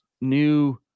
new